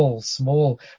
small